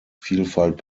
vielfalt